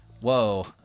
Whoa